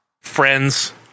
Friends